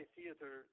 Theater